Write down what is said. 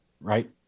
right